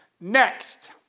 Next